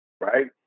right